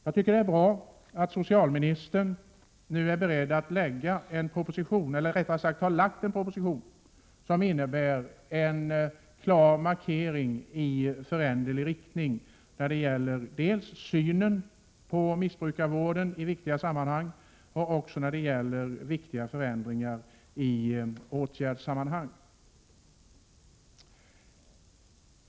Jag tycker att det är bra att socialministern nu har lagt fram en proposition som innebär en klar markering i föränderlig riktning när det gäller synen på missbrukarvården i viktiga sammanhang och när det gäller viktiga förändringar i åtgärdssammanhang.